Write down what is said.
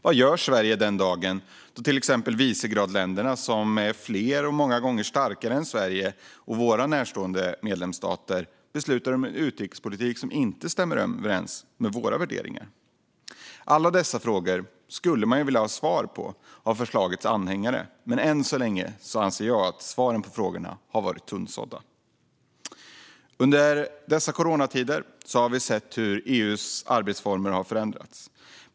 Vad gör Sverige den dag då till exempel Visegradländerna, som är fler och många gånger starkare än Sverige och våra närstående medlemsstater, beslutar om en utrikespolitik som inte stämmer överens med våra värderingar? Alla dessa frågor skulle man ju vilja ha svar på från förslagets anhängare, men än så länge anser jag att det har varit tunnsått med svar. I dessa coronatider har vi sett EU:s arbetsformer förändras.